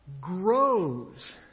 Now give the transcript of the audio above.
Grows